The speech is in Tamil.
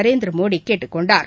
நரேந்திரமோடிகேட்டுக் கொண்டாா்